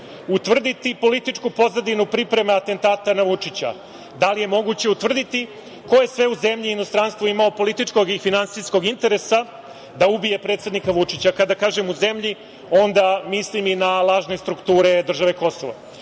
utvrditi političku pozadinu priprema atentata na Vučića? Da li je moguće utvrditi ko je sve u zemlji i inostranstvu imao političkog i finansijskog interesa da ubije predsednika Vučića? Kada kažem u zemlji, onda mislim i na lažne strukture države Kosovo. Još